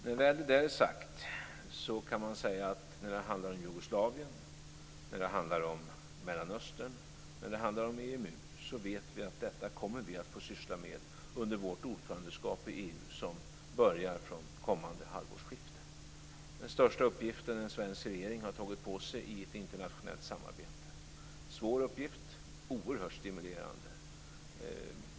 När väl det är sagt kan man säga att vi vet att det som handlar om Jugoslavien, som handlar om Mellanöstern och som handlar om EMU är det vi kommer att få syssla med under vårt ordförandeskap i EU, som börjar vid kommande halvårsskifte. Det är den största uppgift en svensk regering har tagit på sig i ett internationellt samarbete. Det är en svår uppgift. Den är oerhört stimulerande.